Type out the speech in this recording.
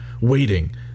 waiting